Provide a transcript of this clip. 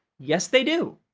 yes, they do!